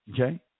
Okay